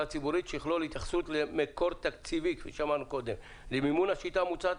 הציבורית שיכלול התייחסות למקור תקציבי למימון השיטה המוצעת,